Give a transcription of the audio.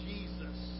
Jesus